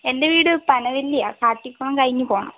എന്റെ വീട് പനവല്ലിയാണ് കാട്ടിക്കുളം കഴിഞ്ഞ് പോണം